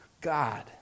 God